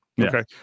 Okay